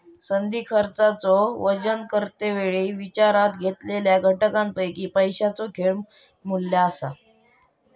संधी खर्चाचो वजन करते वेळी विचारात घेतलेल्या घटकांपैकी पैशाचो येळ मू्ल्य असा